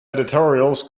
editorials